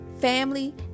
family